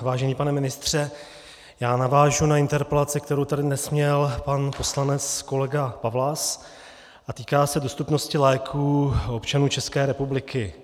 Vážený pane ministře, já navážu na interpelaci, kterou tady dnes měl pan poslanec kolega Pawlas a týká se dostupnosti léků občanů České republiky.